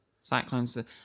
Cyclones